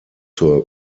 zur